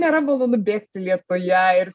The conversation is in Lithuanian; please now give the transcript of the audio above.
nėra malonu bėgti lietuje ir